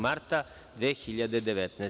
MARTA 2019.